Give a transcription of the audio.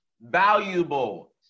Valuable